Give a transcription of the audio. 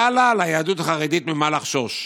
היה לה, ליהדות החרדית, ממה לחשוש,